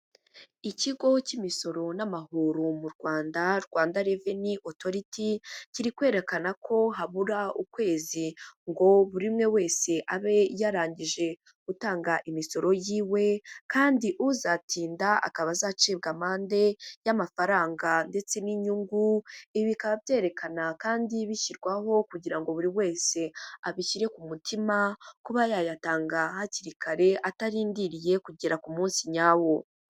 Ikigo cy'imisoro n'amahoro mu Rwanda. Rwanda reveni otoriti, kiri kwerekana ko habura ukwezi ngo buri umwe wese abe yarangije gutanga imisoro yiwe, kandi uzatinda akaba azacibwa amande y'amafaranga ndetse n'inyungu, ibi bikaba byerekana kandi bishyirwaho kugira ngo buri wese abishyire ku mutima kuba yayatanga hakiri kare atarindiriye kugera ku munsi nyawo.